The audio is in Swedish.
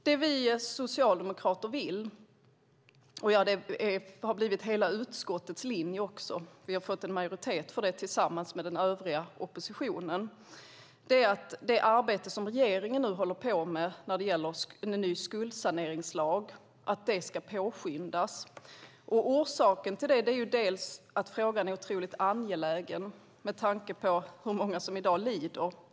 Det vi socialdemokrater vill - och detta har också blivit hela utskottets linje eftersom vi har fått en majoritet för det tillsammans med den övriga oppositionen - är att det arbete som regeringen nu håller på med när det gäller en ny skuldsaneringslag ska påskyndas. Orsaken är att frågan är otroligt angelägen med tanke på hur många som i dag lider.